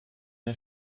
der